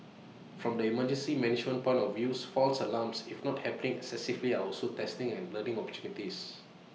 from the emergency management point of views false alarms if not happening excessively are also testing and learning opportunities